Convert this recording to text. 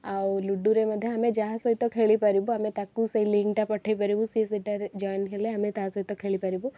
ଆଉ ଲୁଡ଼ୁରେ ମଧ୍ୟ ଆମେ ଯାହା ସହିତ ଖେଳିପାରିବୁ ଆମେ ତାକୁ ସେଇ ଲିଙ୍କଟା ପଠାଇପାରିବୁ ସେ ସେଇଟାରେ ଜଏନ୍ ହେଲେ ଆମେ ତା'ସହିତ ଖେଳିପାରିବୁ